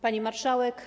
Pani Marszałek!